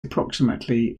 approximately